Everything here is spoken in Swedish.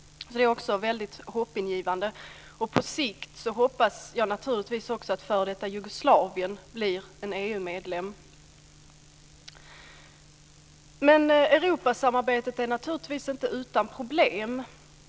Det är också hoppingivande. På sikt hoppas jag naturligtvis också att f.d. Jugoslavien blir en EU-medlem. Europasamarbetet är naturligtvis inte utan problem.